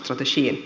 varför